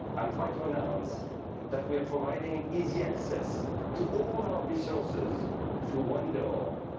i'm proud to announce that we are providing easy access to all our resources through one door,